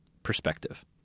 perspective